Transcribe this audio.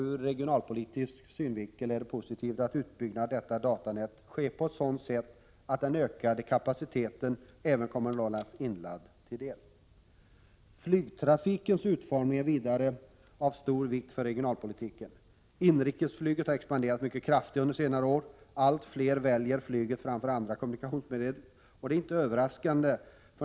Ur regionalpolitisk synvinkel är det positivt att utbyggnad av detta datanät sker på ett sådant sätt att den ökande kapaciteten även kommer Norrlands inland till del. Flygtrafikens utformning är vidare av stor vikt för regionalpolitiken. Inrikesflyget har expanderat mycket kraftigt under senare år. Allt fler väljer flyget framför andra kommunikationsmedel, och det är inte överraskande.